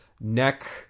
neck